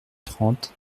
trente